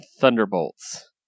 Thunderbolts